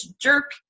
jerk